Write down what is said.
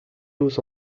aux